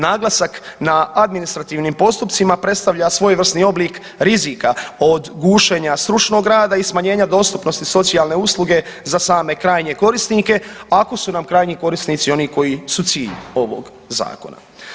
Naglasak na administrativnim postupcima predstavlja svojevrsni oblik rizika od gušenja stručnog rada i smanjenja dostupnosti socijalne usluge za same krajnje korisnike ako su nam krajnji korisnici oni koji su cilj ovog zakona.